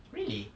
really